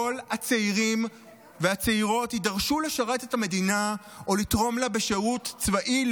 כל הצעירים והצעירות יידרשו לשרת את המדינה או לתרום לה בשירות צבאי,